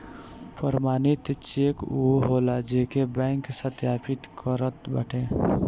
प्रमाणित चेक उ होला जेके बैंक सत्यापित करत बाटे